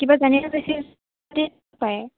কিবা জানিব পাৰে